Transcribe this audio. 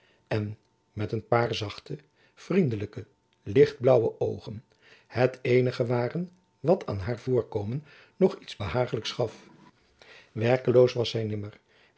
en met een paar zachte vriendelijke lichtblaauwe oogen het eenige waren wat aan haar voorkomen nog iets behagelijks gaf werkeloos was zy nimmer